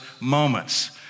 moments